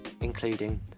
including